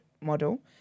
model